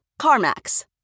CarMax